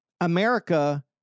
America